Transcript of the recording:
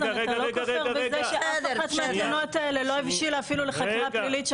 אתה לא כופר בזה שאף אחת מהתלונות האלה לא הבשיל אפילו לחקירה פלילית,